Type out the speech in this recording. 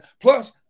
Plus